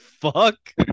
fuck